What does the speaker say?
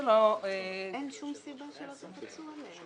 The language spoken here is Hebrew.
אין שום סיבה שלא תפצו עליהם.